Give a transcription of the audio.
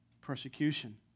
persecution